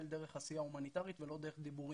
דרך עשייה הומניטרית ולא דרך דיבורים.